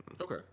Okay